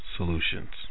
Solutions